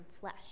flesh